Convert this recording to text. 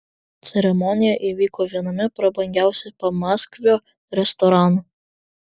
ceremonija įvyko viename prabangiausių pamaskvio restoranų